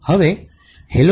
હવે hello